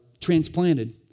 transplanted